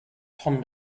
tom